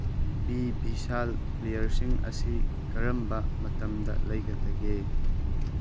B ꯚꯤꯁꯥꯜ ꯄ꯭ꯂꯤꯌꯔꯁꯤꯡ ꯑꯁꯤ ꯀꯔꯝꯕ ꯃꯇꯝꯗ ꯂꯩꯒꯗꯒꯦ